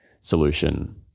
solution